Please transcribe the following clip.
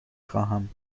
خواهم